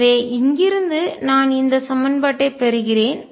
எனவே இங்கிருந்து நான் இந்த சமன்பாட்டைப் பெறுகிறேன்